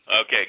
Okay